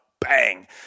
bang